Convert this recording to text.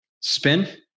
Spin